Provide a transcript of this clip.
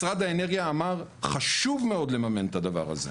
משרד האנרגיה אמר "חשוב מאוד לממן את הדבר הזה".